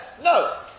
No